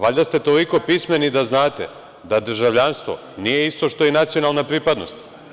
Valjda ste toliko pismeni da znate da državljanstvo nije isto što i nacionalna pripadnost.